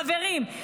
חברים,